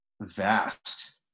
vast